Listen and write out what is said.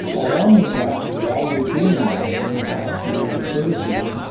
along with that, while we're doing that, going back to the microservices,